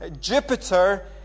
Jupiter